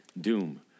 doom